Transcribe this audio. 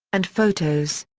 and photos.